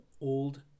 old